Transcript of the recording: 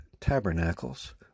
tabernacles